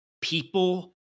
people